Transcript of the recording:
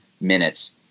minutes